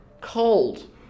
Cold